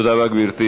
תודה רבה, גברתי.